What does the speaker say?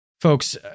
folks